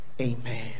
Amen